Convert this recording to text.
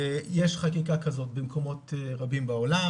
יש חקיקה כזאת במקומות רבים בעולם,